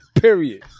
Period